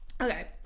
Okay